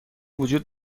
وجود